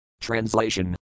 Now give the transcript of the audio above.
Translation